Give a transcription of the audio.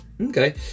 Okay